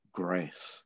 grace